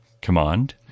command